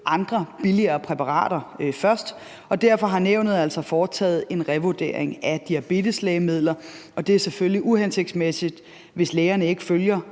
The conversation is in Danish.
andre billigere præparater først. Derfor har nævnet altså foretaget en revurdering af diabeteslægemidler, og det er selvfølgelig uhensigtsmæssigt, hvis lægerne ikke følger